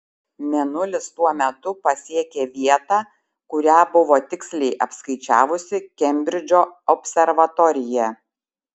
mėnulis tuo metu pasiekė vietą kurią buvo tiksliai apskaičiavusi kembridžo observatorija